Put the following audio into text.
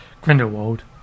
Grindelwald